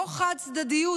לא חד-צדדיות,